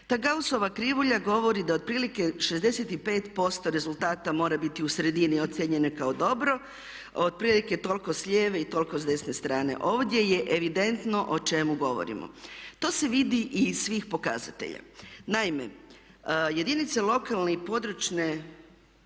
Ta Gaussova krivulja govori da otprilike 65% rezultata mora biti u sredini ocijenjeno kao dobro, otprilike toliko s lijeve i toliko s desne strane. Ovdje je evidentno o čemu govorimo. To se vidi i iz svih pokazatelja. Naime jedinice lokalne i područne,